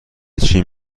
چین